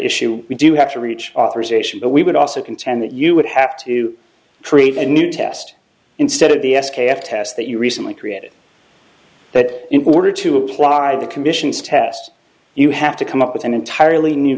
issue we do have to reach authorization but we would also contend that you would have to create a new test instead of the s k f test that you recently created but in order to apply the commission's test you have to come up with an entirely new